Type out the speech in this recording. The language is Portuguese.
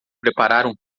prepararam